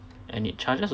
and it charges